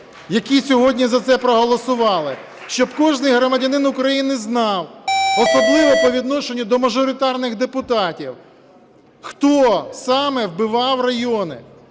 які сьогодні за це проголосували. Щоб кожний громадянин України знав, особливо по відношенню до мажоритарних депутатів, хто саме "вбивав" райони,